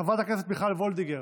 חברת הכנסת מיכל וולדיגר,